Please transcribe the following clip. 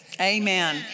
Amen